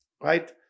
right